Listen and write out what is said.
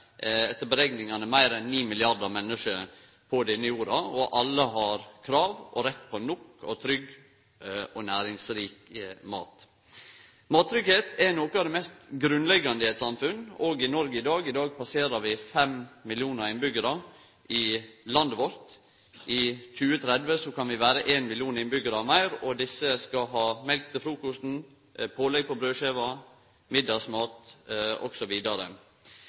etter berekningane vere meir enn ni milliardar menneske på denne jorda. Alle har krav på og rett til nok, trygg og næringsrik mat. Mattryggleik er noko av det mest grunnleggjande i eit samfunn – òg i Noreg i dag. I dag passerer vi fem millionar innbyggjarar i landet vårt. I 2030 kan vi vere ein million innbyggjarar meir. Desse skal ha mjølk til frukosten, pålegg på brødskiva, middagsmat